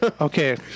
okay